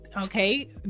okay